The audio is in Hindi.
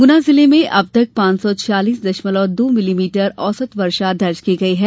गुना जिले में अब तक पांच सौ छियालिस दशमलव दो मिलीमीटर औसत वर्षा दर्ज की गई है